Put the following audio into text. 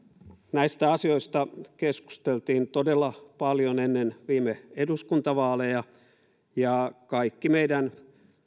näistä asioista keskusteltiin todella paljon ennen viime eduskuntavaaleja ja kaikki meidän